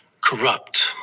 corrupt